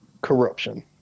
corruption